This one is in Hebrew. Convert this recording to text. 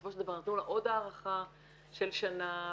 בסופו של דבר נתנו עוד הארכה של שנה.